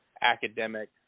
academic